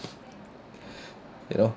you know